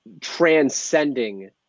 transcending